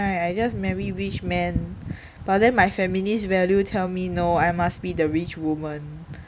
I just marry rich man but then my feminist value tell me no I must be the rich woman